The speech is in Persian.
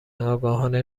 آگاهانه